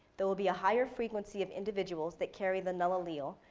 there will be a higher frequency of individuals that carry the null allele,